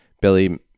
Billy